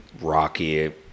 Rocky